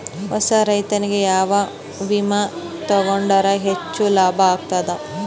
ಹೊಸಾ ರೈತನಿಗೆ ಯಾವ ವಿಮಾ ತೊಗೊಂಡರ ಹೆಚ್ಚು ಲಾಭ ಆಗತದ?